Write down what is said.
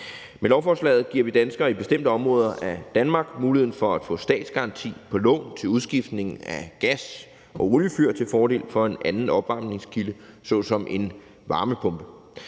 Med lovforslaget giver vi danskere i bestemte områder af Danmark muligheden for at få statsgaranti på lån til udskiftning af gas- og oliefyr til fordel for en anden opvarmningskilde såsom en varmepumpe.